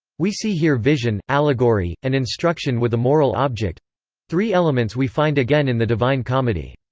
we see here vision, allegory, and instruction with a moral object three elements we find again in the divine comedy.